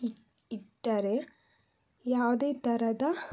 ಇಟ್ಟು ಇಟ್ಟರೆ ಯಾವುದೇ ಥರದ